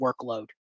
workload